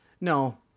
no